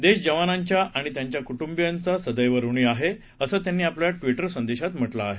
देश जवानांच्या आणि त्यांच्या कुटंबियांच्या सदैव ऋणी आहे असं त्यांनी आपल्या ट्विट संदेशात म्हटलं आहे